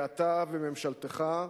ואתה וממשלתך,